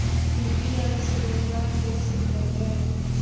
UPI से रोजगार कैसे करबय?